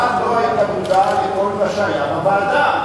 אתה לא היית מודע לכל מה שהיה בוועדה.